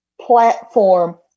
platform